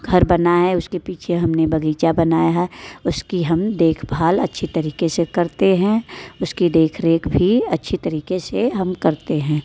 घर बना है उसके पीछे हमने बगीचा बनाया है उसकी हम देखभाल अच्छी तरीके से करते हैं उसकी देख रेख भी अच्छी तरिके से हम करते हैं